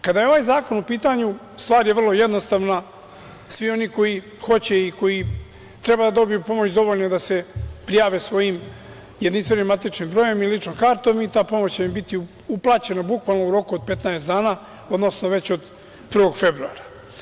Kada je ovaj zakon u pitanju stvar je vrlo jednostavna, svi oni koji hoće i koji treba da dobiju pomoć dovoljno je da se prijave svojim jedinstvenim matičnim brojem i ličnom kartom i ta pomoć će im biti uplaćena bukvalno u roku od 15 dana, odnosno već od 1. februara.